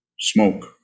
smoke